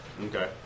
Okay